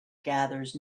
gathers